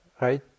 right